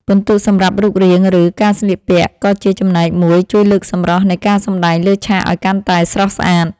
ពិន្ទុសម្រាប់រូបរាង ឬ ការស្លៀកពាក់ក៏ជាចំណែកមួយជួយលើកសម្រស់នៃការសម្ដែងលើឆាកឱ្យកាន់តែស្រស់ស្អាត។